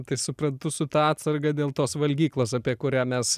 tai suprantu su ta atsarga dėl tos valgyklos apie kurią mes